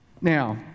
Now